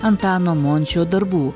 antano mončio darbų